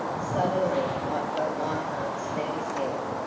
suddenly i felt my heart stand still,